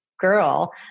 girl